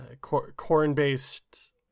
Corn-based